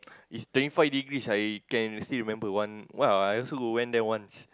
is twenty five degrees I can still remember one !wah! I also go went there once